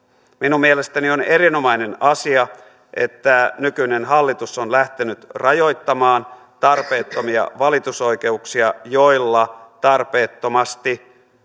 minun mielestäni on erinomainen asia että nykyinen hallitus on lähtenyt rajoittamaan tarpeettomia valitusoikeuksia joilla tarpeettomasti